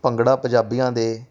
ਭੰਗੜਾ ਪੰਜਾਬੀਆਂ ਦੇ